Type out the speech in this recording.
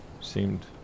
Seemed